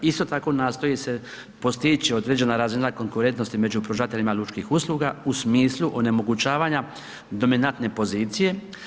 Isto tako, nastoji se postići određena razina konkurentnosti među pružateljima lučkih usluga u smislu onemogućavanja dominantne pozicije.